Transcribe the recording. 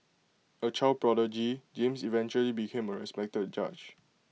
A child prodigy James eventually became A respected judge